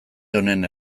honen